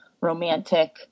romantic